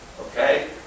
Okay